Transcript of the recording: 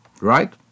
right